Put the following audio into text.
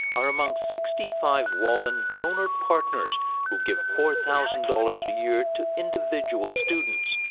are among sixty five wallin donor partners who give four thousand dollars a year to individual students.